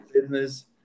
business